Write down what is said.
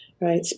Right